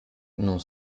non